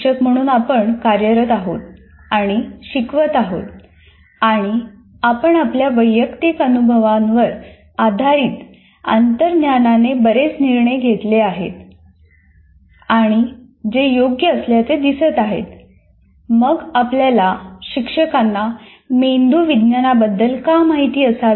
शिक्षक म्हणून आपण कार्यरत आहोत आणि शिकवत आहोत आणि आपण आपल्या वैयक्तिक अनुभवावर आधारित अंतर्ज्ञानाने बरेच निर्णय घेतले आहेत आणि जे योग्य असल्याचे दिसत आहेत मग आपल्याला शिक्षकांना मेंदू विज्ञानाबद्दल का माहित असावी